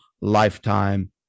lifetime